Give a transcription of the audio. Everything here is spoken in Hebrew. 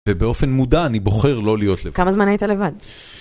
ובאופן מודע אני בוחר לא להיות לבד. כמה זמן היית לבד?